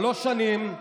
שלוש שנים,